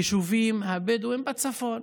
היישובים הבדואיים בצפון.